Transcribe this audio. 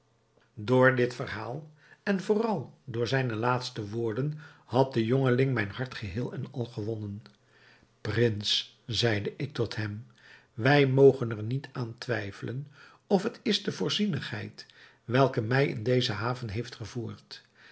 door dit verhaal en vooral door zijne laatste woorden had de jongeling mijn hart geheel en al gewonnen prins zeide ik tot hem wij mogen er niet aan twijfelen of het is de voorzienigheid welke mij in deze haven heeft gevoerd